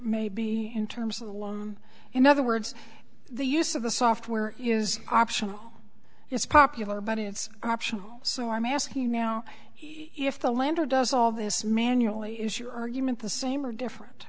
may be in terms of the law in other words the use of the software is optional it's popular but it's optional so i'm asking now if the lender does all this manually is your argument the same or different